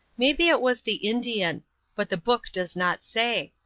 maybe it was the indian but the book does not say.